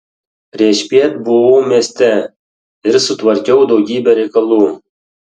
priešpiet buvau mieste ir sutvarkiau daugybę reikalų